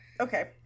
Okay